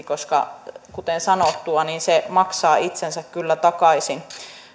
koska kuten sanottua se maksaa itsensä kyllä takaisin